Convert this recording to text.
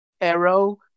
arrow